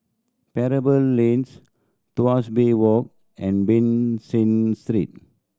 Pebble Lanes Tuas Bay Walk and Ban San Street